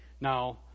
Now